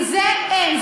כי זה אין.